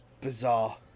bizarre